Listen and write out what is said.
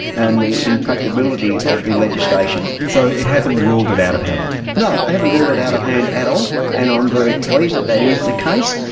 and the impracticability of the legislation. so it hasn't ruled it out of hand? no, they haven't ruled it out of hand at all, and i'm very pleased that that is the case,